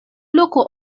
loko